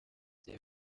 the